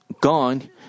gone